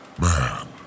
man